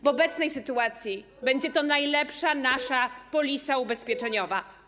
W obecnej sytuacji będzie to nasza najlepsza polisa ubezpieczeniowa.